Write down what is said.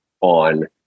on